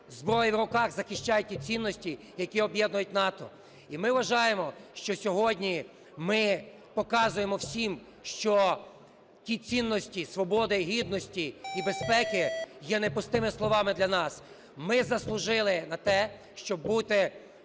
зброєю в руках захищає ті цінності, які об'єднують НАТО. І ми вважаємо, що сьогодні ми показуємо всім, що ті цінності свободи, гідності і безпеки є не пустими словами для нас. Ми заслужили на те, щоб бути